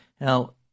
Now